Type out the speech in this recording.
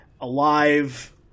Alive